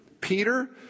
Peter